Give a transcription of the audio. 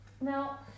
Now